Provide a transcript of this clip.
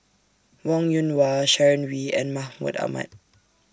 Wong Yoon Wah Sharon Wee and Mahmud Ahmad